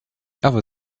other